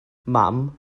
mam